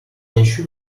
assure